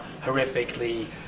horrifically